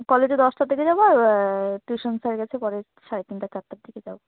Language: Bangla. কলেজে দশটার থেকে যাবো আর টিউশান স্যারের কাছে পরে সাড়ে তিনটা চারটার দিকে যাবো